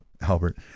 Albert